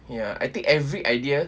ya I think every idea